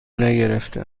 نگرفته